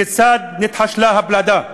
"כיצד נתחשלה הפלדה":